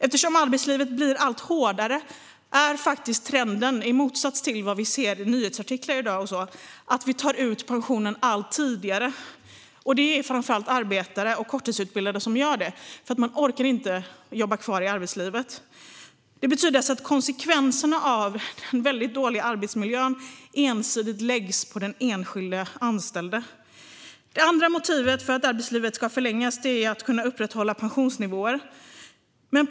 Eftersom arbetslivet blir allt hårdare är trenden, i motsats till vad vi ser i nyhetsartiklar, att vi tar ut pensionen allt tidigare, och det är framför allt arbetare och korttidsutbildade som gör det. De orkar inte vara kvar i arbetslivet. Det betyder att konsekvenserna av den dåliga arbetsmiljön ensidigt läggs på den enskilde anställde. Det andra motivet för att arbetslivet ska förlängas är att kunna upprätthålla pensionsnivåerna.